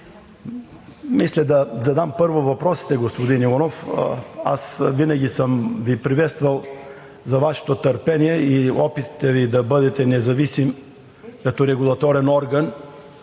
Мисля да задам първо въпросите. Господин Иванов, аз винаги съм Ви приветствал за Вашето търпение и опитите Ви да бъдете независим като регулаторен орган